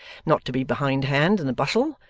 not to be behind-hand in the bustle,